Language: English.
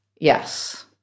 Yes